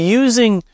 using